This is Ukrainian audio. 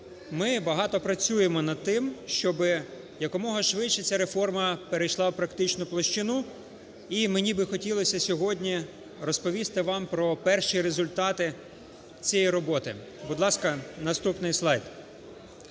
Ми багато працюємо над тим, щоб якомога швидше ця реформа перейшла в практичну площину. І мені б хотілося сьогодні розповісти вам про перші результати цієї роботи. Будь ласка, наступний слайд.